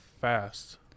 fast